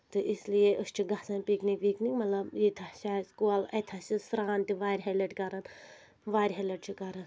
تہٕ اس لیے أسۍ چھِ گژھان پِکنِک وِکنِک مطلب ییٚتہِ حظ چھِ اَسہِ کۄل اَتہِ حظ چھِ سرٛان تہِ واریاہہِ لَٹہِ کران واریاہہِ لَٹہِ چھِ کَران